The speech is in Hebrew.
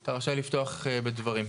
אתה רשאי לפתוח בדברים.